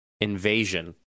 Invasion